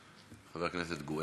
וחבר הכנסת גואטה.